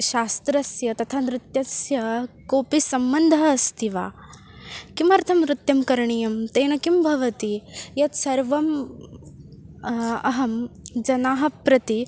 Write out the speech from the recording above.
शास्त्रस्य तथा नृत्यस्य कोऽपि सम्बन्धः अस्ति वा किमर्थं नृत्यं करणीयं तेन किं भवति यत् सर्वम् अहं जनान् प्रति